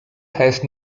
has